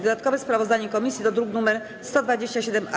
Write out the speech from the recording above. Dodatkowe sprawozdanie komisji to druk nr 127-A.